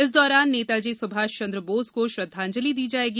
इस दौरान नेताजी सुभाष चंद्र बोस को श्रद्वांजलि दी जाएगी